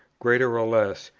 greater or less,